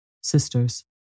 Sisters